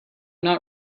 not